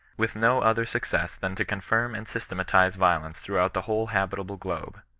with no other success than to confirm and systematize violence throughout the whole habitable globe.